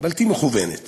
בלתי מכוונת